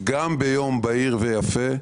גם ביום בהיר ויפה,